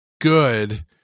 good